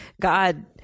God